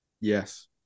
Yes